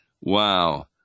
wow